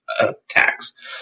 attacks